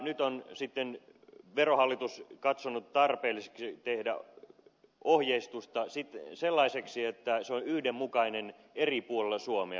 nyt on sitten verohallitus katsonut tarpeelliseksi tehdä ohjeistusta sellaiseksi että se on yhdenmukainen eri puolella suomea